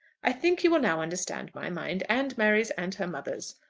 i think you will now understand my mind and mary's and her mother's.